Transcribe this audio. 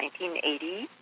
1980